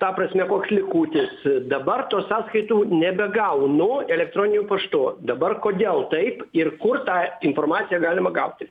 ta prasme koks likutis dabar tų sąskaitų nebegaunu elektroniniu paštu dabar kodėl taip ir kur tą informaciją galima gauti